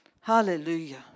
Hallelujah